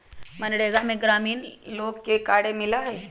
मनरेगा में ग्रामीण लोग के कार्य मिला हई